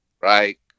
Right